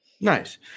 Nice